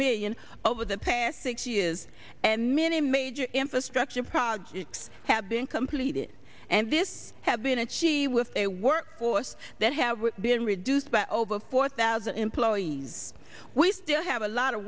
million over the past six years and many major infrastructure projects have been completed and this have been and she with a workforce that have been reduced by over four thousand employees we still have a lot of